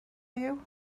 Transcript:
you